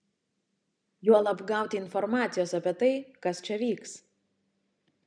juolab gauti informacijos apie tai kas čia vyks